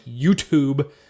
YouTube